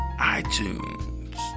iTunes